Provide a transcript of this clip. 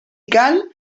cal